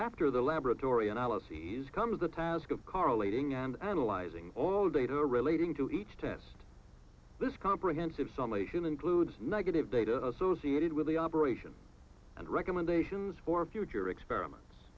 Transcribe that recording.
after the laboratory analyses come to the task of correlating and analyzing all data relating to each test this comprehensive some of whom includes negative data associated with the operation and recommendations for future experiments